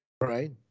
Right